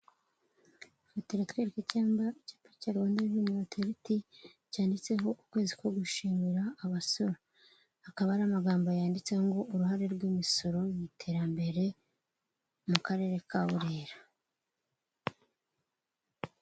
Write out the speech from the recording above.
Ifoto iratwereka icyapa, icyapa cya Rwanda reveni otoriti cyanditseho ukwezi ko gushimira abasora. Akaba ari amagambo yanditseho ngo uruhare rw'imisoro mu iterambere, mu karere ka Burera.